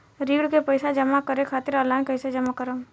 ऋण के पैसा जमा करें खातिर ऑनलाइन कइसे जमा करम?